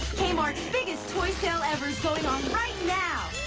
kmart's biggest toy sale ever's going on right now.